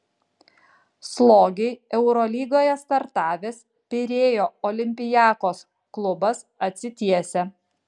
slogiai eurolygoje startavęs pirėjo olympiakos klubas atsitiesia